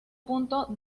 punto